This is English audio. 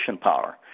power